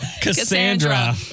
Cassandra